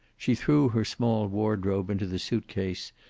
she threw her small wardrobe into the suitcase,